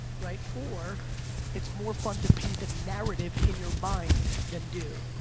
right? or it's more fun to paint the narrative in your mind than do,